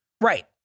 Right